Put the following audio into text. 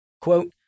Quote